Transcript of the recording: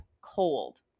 cold